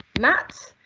matt,